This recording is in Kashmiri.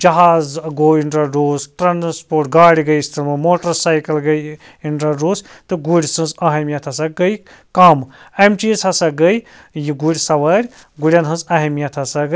جہاز گوٚو اِنٹَرڈوٗس ٹرٛانسپوٹ گاڑِ گٔے اِستعمال موٹَر سایکل گٔیہِ اِنٹَرڈوٗس تہٕ گُرۍ سٕنٛز اہمیت ہَسا گٔے کم اَمہِ چیٖز ہَسا گٔے یہِ گُرۍ سَوٲرۍ گُرٮ۪ن ہٕنٛز اہمیت ہَسا گٔے کم